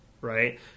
right